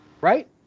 right